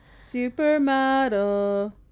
supermodel